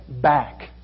back